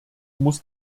muss